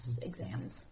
exams